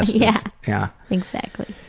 yeah, yeah. exactly.